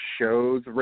shows